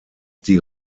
die